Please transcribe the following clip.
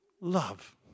Love